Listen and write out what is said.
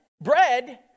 Bread